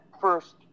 first